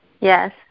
Yes